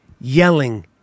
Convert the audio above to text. yelling